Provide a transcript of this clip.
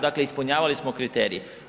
Dakle, ispunjavali smo kriterij.